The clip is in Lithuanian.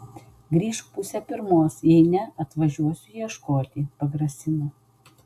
grįžk pusę pirmos jei ne atvažiuosiu ieškoti pagrasina